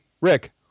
Rick